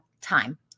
time